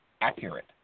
accurate